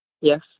Yes